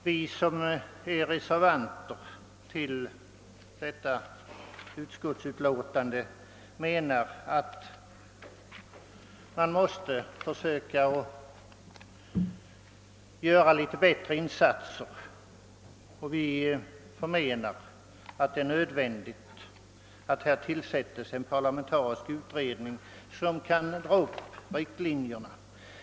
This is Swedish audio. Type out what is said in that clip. Vi reservanter menar att man måste försöka göra litet bättre insatser, och vi anser att det är nödvändigt att det tillsätts en parlamentarisk utredning som kan dra upp riktlinjerna.